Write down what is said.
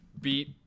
beat